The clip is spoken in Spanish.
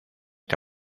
que